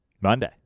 Monday